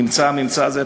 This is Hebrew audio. נמצא הממצא הזה,